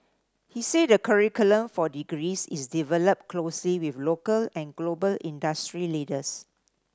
he said the curriculum for degrees is developed closely with local and global industry leaders